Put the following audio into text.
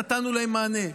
נתנו להם מענה.